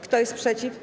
Kto jest przeciw?